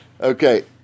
Okay